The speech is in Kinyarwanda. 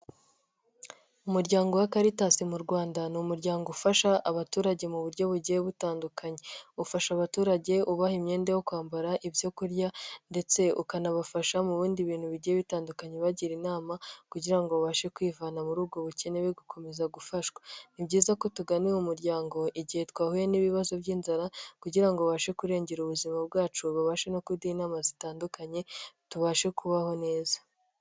Umuryango wa karitasi mu Rwanda, ni umuryango ufasha abaturage mu buryo bugiye butandukanye, ufasha abaturage ubaha imyenda yo kwambara, ibyo kurya ndetse ukanabafasha mu bindi bintu bigiye bitandukanye bagira inama kugira ngo babashe kwivana muri ubwo bukene be gukomeza gufashwa. Ni byiza ko tugana uyu muryango igihe twahuye n'ibibazo by'inzara kugira ngo babashe kurengera ubuzima bwacu babashe no kuduha inama zitandukanye tubashe kubaho neza.